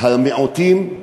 "מיעוטים",